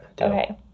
Okay